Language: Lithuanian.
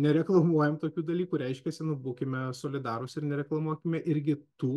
nereklamuojam tokių dalykų reiškias būkime solidarūs ir nereklamuokime irgi tų